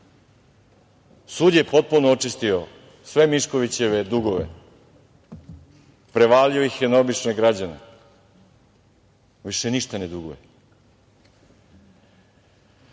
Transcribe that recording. Sud je potpuno očistio sve Miškovićeve dugove, prevalio ih je na obične građane. Više ništa ne duguje. Šta